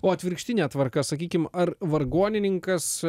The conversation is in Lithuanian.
o atvirkštine tvarka sakykim ar vargonininkas